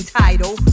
title